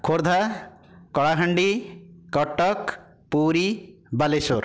Khordha Kalahandi Cuttack Puri Baleswar